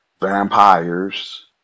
vampires